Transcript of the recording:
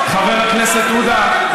חבר הכנסת עודה,